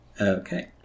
okay